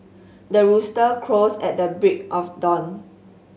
the rooster crows at the break of dawn